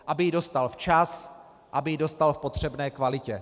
Aby ji dostal včas, aby ji dostal v potřebné kvalitě.